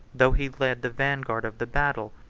though he led the vanguard of the battle,